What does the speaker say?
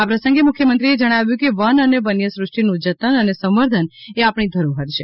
આ પ્રસંગે મુખ્યમંત્રી શ્રીએ જણાવ્યું કે વન અને વન્ય સૃષ્ટીનું જતન અને સંવર્ધનએ આપણી ધરોહર છે